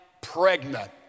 pregnant